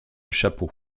chapeaux